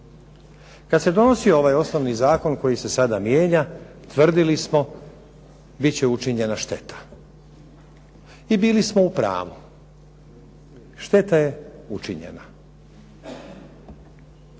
Kad se donosio ovaj osnovni zakon koji se sada mijenja tvrdili smo bit će učinjena šteta. I bili smo u pravu šteta je učinjena.